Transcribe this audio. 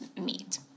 meat